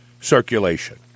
circulation